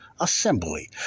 assembly